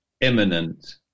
imminent